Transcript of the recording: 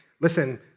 listen